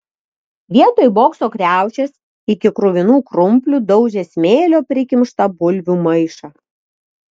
vietoj bokso kriaušės iki kruvinų krumplių daužė smėlio prikimštą bulvių maišą